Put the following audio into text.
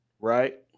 right